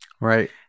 Right